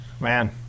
Man